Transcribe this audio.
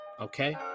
Okay